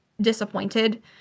disappointed